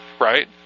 right